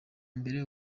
mbere